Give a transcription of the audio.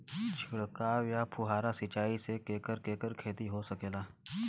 छिड़काव या फुहारा सिंचाई से केकर केकर खेती हो सकेला?